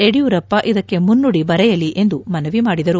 ಯಡಿಯೂರಪ್ಪ ಇದಕ್ಕೆ ಮುನ್ನುದಿ ಬರೆಯಲಿ ಎಂದು ಮನವಿ ಮಾಡಿದರು